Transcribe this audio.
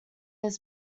his